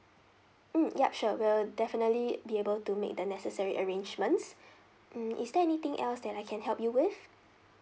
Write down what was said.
mm yup sure we'll definitely be able to make the necessary arrangements mm is there anything else that I can help you with